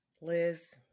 Liz